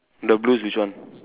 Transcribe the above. the blue is which one